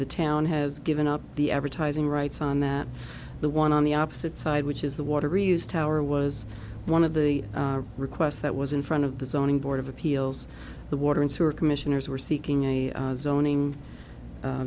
the town has given up the ever ties in rights on that the one on the opposite side which is the water reuse tower was one of the requests that was in front of the zoning board of appeals the water and sewer commissioners were seeking a zoning